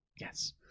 Yes